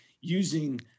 using